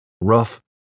rough